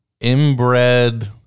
inbred